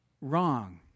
wrong